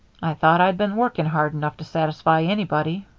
i thought i'd been working hard enough to satisfy anybody.